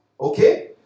Okay